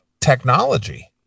technology